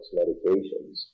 medications